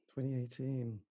2018